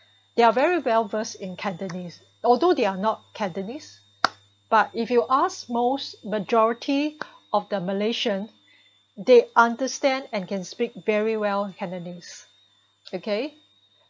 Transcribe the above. they are very well versed in Cantonese although they are not Cantonese but if you ask most majority of the Malaysian they understand and can speak very well Cantonese okay